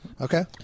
Okay